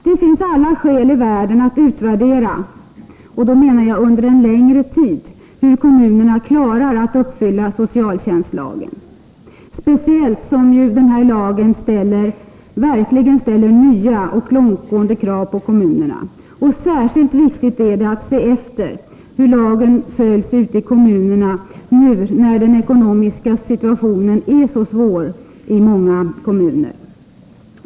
Det finns alla skäl i världen att utvärdera — och då menar jag under en längre tid — hur kommunerna klarar att uppfylla socialtjänstlagens krav, speciellt som denna lag verkligen ställer nya och långtgående krav på kommunerna. Särskilt viktigt är det att se efter hur lagen följs ute i kommunerna nu, när den ekonomiska situationen är så svår i många kommuner.